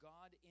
God